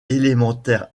élémentaire